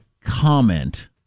comment